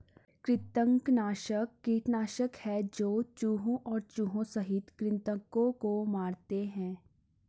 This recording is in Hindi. कृंतकनाशक कीटनाशक है जो चूहों और चूहों सहित कृन्तकों को मारते है